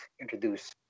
introduce